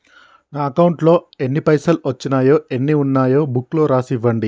నా అకౌంట్లో ఎన్ని పైసలు వచ్చినాయో ఎన్ని ఉన్నాయో బుక్ లో రాసి ఇవ్వండి?